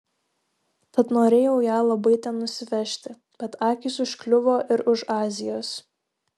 tad norėjau ją labai ten nusivežti bet akys užkliuvo ir už azijos